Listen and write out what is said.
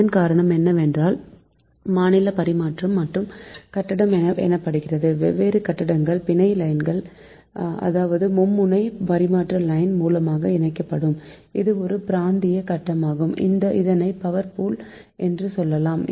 இதன் காரணம் என்ன என்றால் மாநில பரிமாற்றம் கட்டம் எனப்படுகிறது வெவ்வேறு கட்டங்கள் பிணை லைன் அதாவது மும்முனை பரிமாற்ற லைன் மூலமாக இணைக்கப்படும் இது ஒரு பிராந்திய கட்டமாகும் இதனை பவர் பூல் என்றும் சொல்வோம்